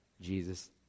Jesus